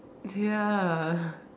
ya